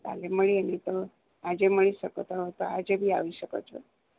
કાલે મળીએ નહીં તો આજે મળી શકો તો તો આજે બી આવી શકો છો